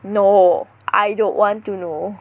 no I don't want to know